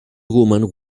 woman